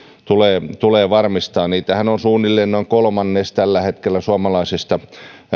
tulee tulee varmistaa niitähän on suunnilleen noin kolmannes tällä hetkellä suomalaisista